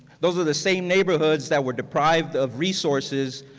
those are the same neighborhoods that were deprived of resources,